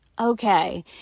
okay